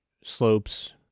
slopes